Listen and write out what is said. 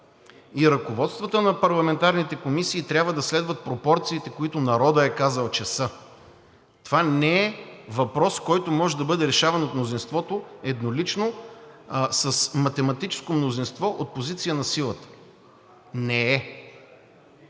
и ръководствата на парламентарните комисии трябва да следват пропорциите, които народът е казал, че са. Това не е въпрос, който може да бъде решаван от мнозинството еднолично с математическо мнозинство от позиция на силата. Не е!